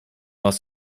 hast